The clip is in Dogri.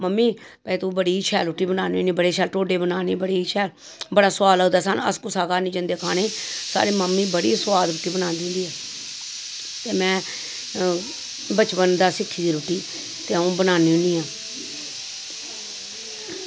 मम्मी तू बड़ी शैल रुट्टी बनानी होनी बड़ी शैल टोड्डे बनानी होनी बड़े शैल की अस कुसै दे घर निं जंदे खानै गी साढ़ी मम्मी बड़ी शैल रुट्टी बनांदी ते में बचपन दा सिक्खी दी रुट्टी ते अं'ऊ बनान्नी होन्नी आं